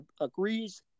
agrees